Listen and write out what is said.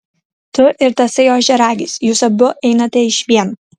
tu ir tasai ožiaragis jūs abu einate išvien